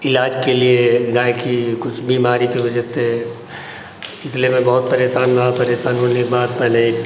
इलाज के लिए गाय की कुछ बीमारी के वजह से इसलिये मैं बहुत परेशान रहा परेशान होने के बाद पहले